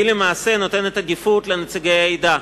היא למעשה נותנת עדיפות לנציגי עדה.